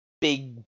big